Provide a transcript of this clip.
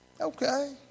Okay